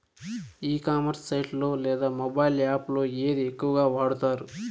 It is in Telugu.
ఈ కామర్స్ సైట్ లో లేదా మొబైల్ యాప్ లో ఏది ఎక్కువగా వాడుతారు?